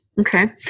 Okay